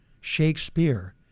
Shakespeare